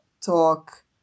talk